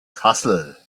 kassel